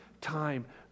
time